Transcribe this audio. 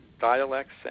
dialects